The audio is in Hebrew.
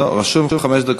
לא, כתוב חמש דקות.